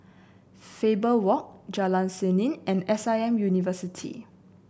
Faber Walk Jalan Seni and S I M University